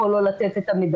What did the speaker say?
הוא יכול לא לתת את המידע.